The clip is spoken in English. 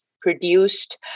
produced